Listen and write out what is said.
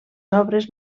obres